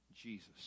Jesus